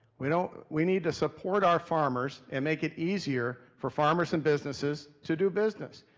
we don't we need to support our farmers, and make it easier for farmers and businesses to do business.